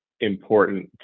important